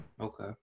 Okay